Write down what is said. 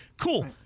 Cool